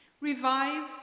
Revive